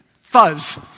Fuzz